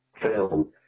film